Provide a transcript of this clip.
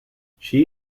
she